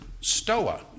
stoa